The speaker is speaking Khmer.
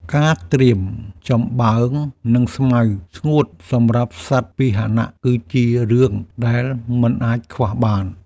ការត្រៀមចំបើង និងស្មៅស្ងួតសម្រាប់សត្វពាហនៈគឺជារឿងដែលមិនអាចខ្វះបាន។